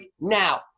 now